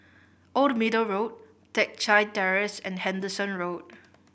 Old Middle Road Teck Chye Terrace and Henderson Road